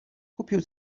kupił